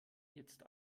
jetzt